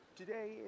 today